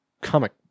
comic